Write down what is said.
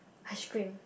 ice cream